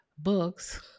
books